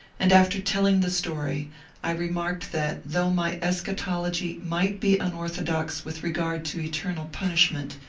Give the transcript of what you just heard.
and after telling the story i remarked that though my eschatology might be unorthodox with regard to eternal punishment,